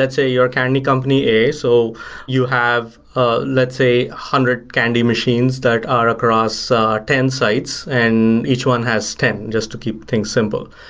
let's say you're candy company a, so you have ah let's say a hundred candy machines that are across ten sites and each one has ten just to keep things simple.